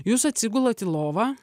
jūs atsigulat į lovą